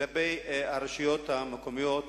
כלפי הרשויות המקומיות,